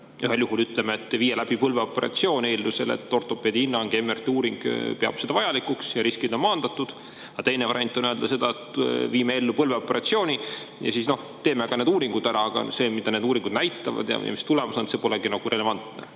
ühel juhul ütleme, et viia läbi põlveoperatsioon eeldusel, et ortopeedi hinnangu ja MRT-uuringu [järgi] on see vajalik ja riskid on maandatud. Teine variant on öelda, et viime ellu põlveoperatsiooni ja siis teeme ka uuringud ära, aga see, mida need uuringud näitavad ja mis tulemus on, polegi nagu relevantne.